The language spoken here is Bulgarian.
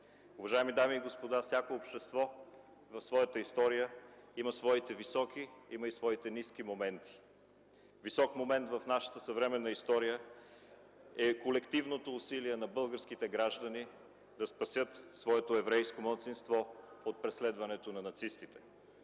Уважаеми дами и господа, всяко общество в своята история има своите високи и своите ниски моменти. Висок момент в нашата съвременна история е колективното усилие на българските граждани да спасят своето еврейско малцинство от преследването на нацистите.